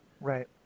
Right